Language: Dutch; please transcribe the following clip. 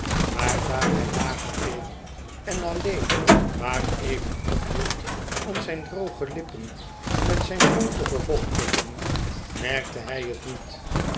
maar daar hij lager keek en alleen maar even ophield om zijn droge lippen met zijn tong te bevochtigen merkte hij het niet